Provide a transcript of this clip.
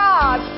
God